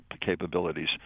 capabilities